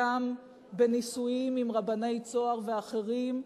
גם בנישואים של רבני "צהר" ואחרים,